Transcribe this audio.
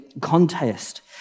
contest